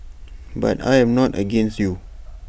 but I am not against you